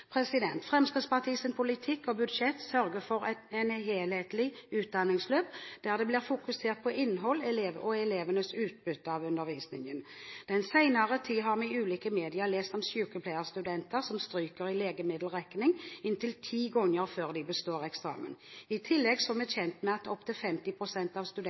politikk og budsjett sørger for et helhetlig utdanningsløp der det blir fokusert på innhold og elevenes utbytte av undervisningen. Den senere tid har vi i ulike medier lest om sykepleierstudenter som stryker i legemiddelregning inntil ti ganger, før de består eksamen. I tillegg er vi kjent med at opp til 50 pst. av